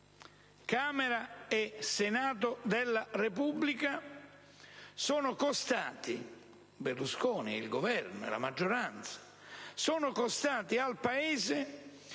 Camera e Senato della Repubblica sono costati, Berlusconi, il Governo e la maggioranza sono costati al Paese